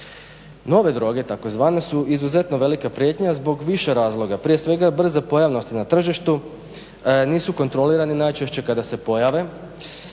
Nove droge takozvane su izuzetno velika prijetnja zbog više razloga. Prije svega, brza pojavnost na tržištu, nisu kontrolirani najčešće kada se pojave,